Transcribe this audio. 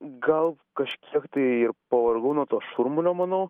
gal kažkiek tai ir pavargau nuo to šurmulio manau